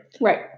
Right